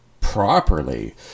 properly